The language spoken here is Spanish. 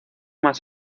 más